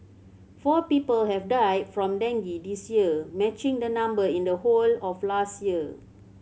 four people have died from dengue this year matching the number in the whole of last year